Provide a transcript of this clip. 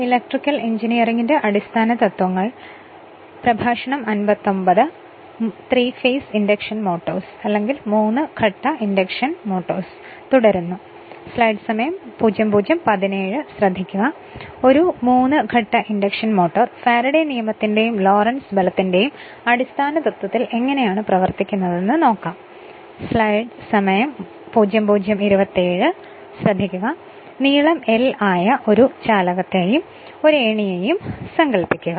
ഒരു three phase induction motor Faraday നിയമത്തിന്റെയും Lorentz ബലത്തിൻെയും അടിസ്ഥാന തത്വത്തിൽ എങ്ങനെയാണ് പ്രവർത്തിക്കുന്നതെന്ന്് നോക്കാം നീളം L ആയ ഒരു ചാലകത്തെയും ഒരു ഏണിയെയും സങ്കൽപ്പിക്കുക